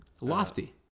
Lofty